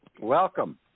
Welcome